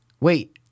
Wait